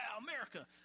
America